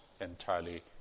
entirely